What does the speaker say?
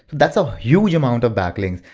that's a huge amount of backlinks.